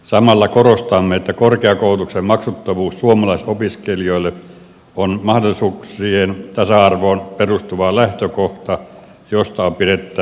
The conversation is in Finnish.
samalla korostamme että korkeakoulutuksen maksuttomuus suomalaisopiskelijoille on mahdollisuuksien tasa arvoon perustuva lähtökohta josta on pidettävä kiinni